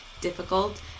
difficult